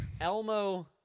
elmo